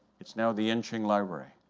it's now the yenching library.